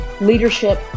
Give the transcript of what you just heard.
leadership